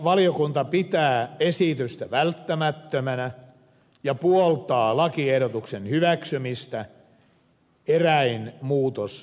valtiovarainvaliokunta pitää esitystä välttämättömänä ja puoltaa lakiehdotuksen hyväksymistä eräin muutosehdotuksin